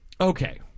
Okay